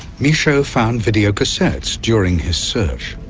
michaud found video cassettes during his search.